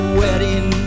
wedding